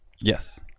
yes